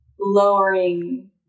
lowering